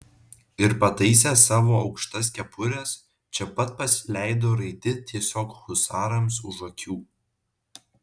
ir pataisę savo aukštas kepures čia pat pasileido raiti tiesiog husarams už akių